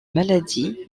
maladie